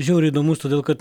žiauriai įdomus todėl kad